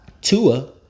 Tua